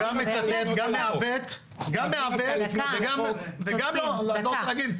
אתה גם מעוות וגם לא רוצה להגיד,